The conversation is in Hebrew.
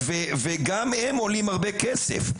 וגם הם עולים הרבה כסף.